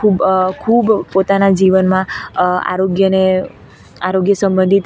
ખૂબ ખૂબ પોતાનાં જીવનમાં આરોગ્યને આરોગ્ય સંબંધિત